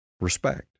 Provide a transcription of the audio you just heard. respect